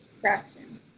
fraction